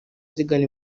zigana